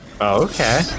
Okay